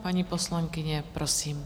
Paní poslankyně, prosím.